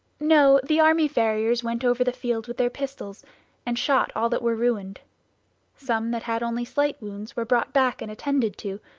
no, the army farriers went over the field with their pistols and shot all that were ruined some that had only slight wounds were brought back and attended to,